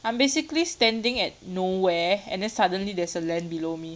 I'm basically standing at nowhere and then suddenly there's a land below me